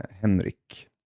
henrik